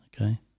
Okay